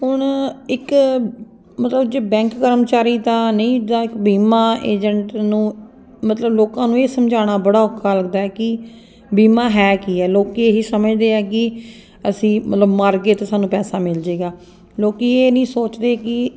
ਹੁਣ ਇੱਕ ਮਤਲਬ ਜੇ ਬੈਂਕ ਕਰਮਚਾਰੀ ਤਾਂ ਨਹੀਂ ਜਾਂ ਇੱਕ ਬੀਮਾ ਏਜੰਟ ਨੂੰ ਮਤਲਬ ਲੋਕਾਂ ਨੂੰ ਇਹ ਸਮਝਾਉਣਾ ਬੜਾ ਔਖਾ ਲੱਗਦਾ ਕਿ ਬੀਮਾ ਹੈ ਕੀ ਹੈ ਲੋਕ ਇਹੀ ਸਮਝਦੇ ਹੈ ਕਿ ਅਸੀਂ ਮਤਲਬ ਮਰ ਗਏ ਤਾਂ ਸਾਨੂੰ ਪੈਸਾ ਮਿਲ ਜਾਵੇਗਾ ਲੋਕ ਇਹ ਨਹੀਂ ਸੋਚਦੇ ਕਿ